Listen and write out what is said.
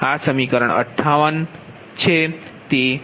તેPgi છે